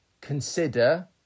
consider